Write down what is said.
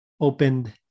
opened